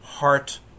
heart